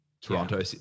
Toronto